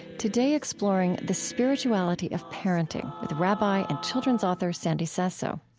today, exploring the spirituality of parenting with rabbi and children's author sandy sasso